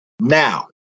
Now